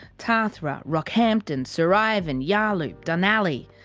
tathra. rockhampton. sir ivan. yarloop. dunalley.